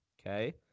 okay